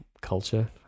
culture